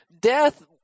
death